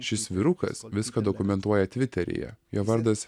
šis vyrukas viską dokumentuoja tviteryje jo vardas